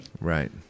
Right